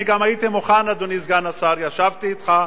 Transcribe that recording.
אני גם הייתי מוכן, אדוני סגן השר, ישבתי אתך,